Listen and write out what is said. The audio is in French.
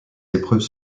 épreuves